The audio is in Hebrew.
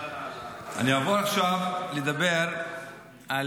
אעבור עכשיו לדבר על